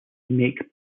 make